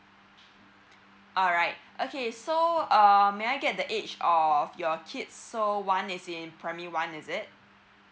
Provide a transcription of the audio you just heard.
alright okay so uh may I get the age of your kids so one is in primary one is it